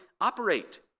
operate